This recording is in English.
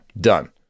done